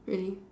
really